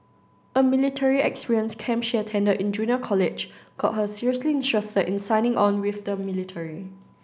a military experience camp she attended in junior college got her seriously interested in signing on with the military